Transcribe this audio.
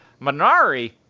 Minari